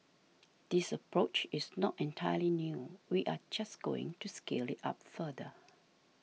this approach is not entirely new we are just going to scale it up further